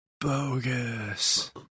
bogus